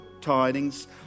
tidings